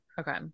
okay